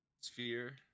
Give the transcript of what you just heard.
sphere